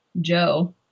Joe